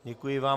Děkuji vám.